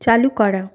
চালু করা